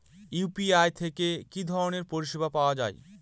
UPI থেকে কি ধরণের পরিষেবা পাওয়া য়ায়?